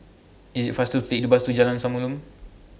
IT IS faster to Take The Bus to Jalan Samulun